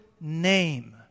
name